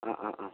ആ ആ ആ